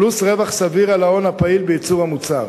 פלוס רווח סביר על ההון הפעיל בייצור המוצר.